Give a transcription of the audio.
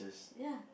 ya